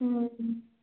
ହଁ ହଁ